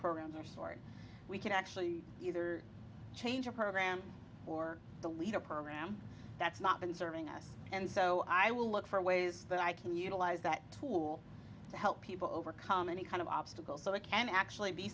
programs are stored we can actually either change a program or the leader program that's not been serving us and so i will look for ways that i can utilize that tool to help people overcome any kind of obstacle so they can actually be